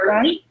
Right